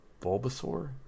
Bulbasaur